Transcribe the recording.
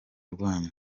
rwanyu